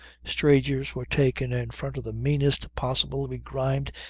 strangers were taken in front of the meanest possible, begrimed,